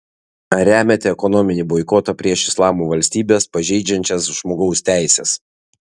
ar remiate ekonominį boikotą prieš islamo valstybes pažeidžiančias žmogaus teises